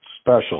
special